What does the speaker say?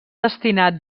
destinat